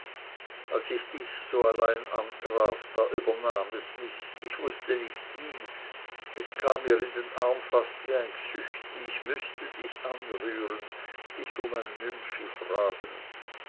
als ich dich so allein antraf da übernahm es mich ich wußte nicht wie es kam mir in den arm fast wie ein gsüchti ich mußte dich anrühren dich um ein müntschi fragen